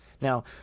Now